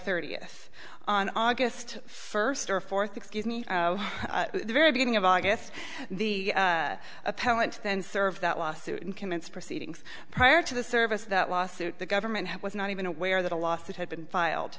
thirtieth on august first or fourth excuse me the very beginning of august the appellant then served that lawsuit and commence proceedings prior to the service that lawsuit the government was not even aware that a lawsuit had been filed